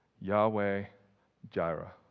Yahweh-Jireh